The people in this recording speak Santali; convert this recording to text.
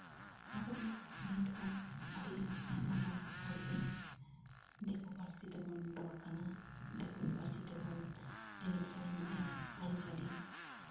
ᱟᱵᱚᱫᱚ ᱱᱤᱛᱦᱚᱸ ᱟᱹᱰᱤ ᱟᱭᱢᱟᱜᱟᱱ ᱦᱚᱲᱜᱮ ᱫᱤᱠᱩ ᱯᱟᱹᱨᱥᱤ ᱛᱮᱵᱚᱱ ᱨᱚᱲ ᱠᱟᱱᱟ ᱫᱤᱠᱩ ᱯᱟᱹᱨᱥᱤ ᱛᱮᱵᱚᱱ ᱮᱱᱮᱡ ᱥᱮᱨᱮᱧᱮᱜᱼᱟ ᱟᱹᱨᱤᱪᱟᱹᱞᱤ